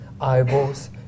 eyeballs